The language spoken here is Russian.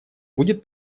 будет